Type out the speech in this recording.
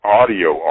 audio